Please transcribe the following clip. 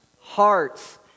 Hearts